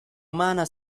umana